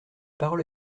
parole